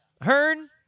Hearn